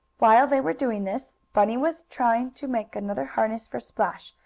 while they were doing this bunny was trying to make another harness for splash,